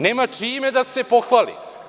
Nema čime da se pohvali.